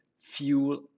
Fuel